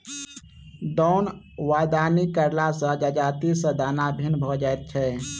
दौन वा दौनी करला सॅ जजाति सॅ दाना भिन्न भ जाइत छै